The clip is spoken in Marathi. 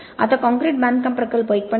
आता काँक्रीट बांधकाम प्रकल्प 1